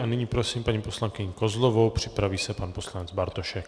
Nyní prosím paní poslankyni Kozlovou a připraví se pan poslanec Bartošek.